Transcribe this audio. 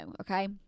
Okay